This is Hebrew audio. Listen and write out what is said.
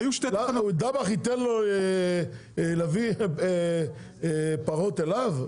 דבאח ייתן לו להביא פרות אליו?